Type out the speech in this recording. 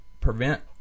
prevent